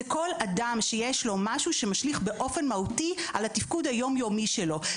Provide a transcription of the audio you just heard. וזה כל אדם שיש לו משהו שמשליך באופן מהותי על התפקוד היום יומי שלו,